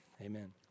amen